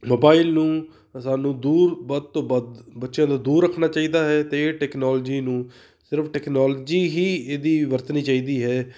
mobile ਨੂੰ ਸਾਨੂੰ ਦੂਰ ਵੱਧ ਤੋਂ ਵੱਧ ਬੱਚਿਆਂ ਤੋਂ ਦੂਰ ਰੱਖਣਾ ਚਾਹੀਦਾ ਹੈ ਅਤੇ ਇਹ ਟੈਕਨੋਲਜੀ ਨੂੰ ਸਿਰਫ ਟੈਕਨੋਲਜੀ ਹੀ ਇਹਦੀ ਵਰਤਣੀ ਚਾਹੀਦੀ ਹੈ